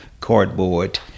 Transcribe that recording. cardboard